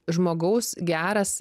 žmogaus geras